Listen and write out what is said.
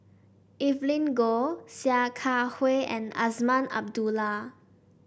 Evelyn Goh Sia Kah Hui and Azman Abdullah